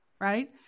right